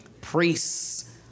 priests